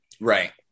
Right